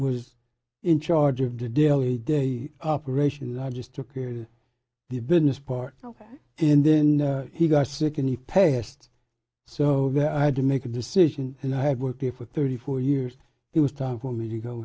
was in charge of the daily day operation and i just took care of the business part and then he got sick in the past so i had to make a decision and i had worked there for thirty four years it was time for me to go